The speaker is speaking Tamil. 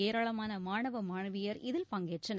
ஏராளமான மாணவ மாணவியர் இதில் பங்கேற்றனர்